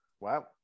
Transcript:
wow